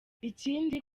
ikindi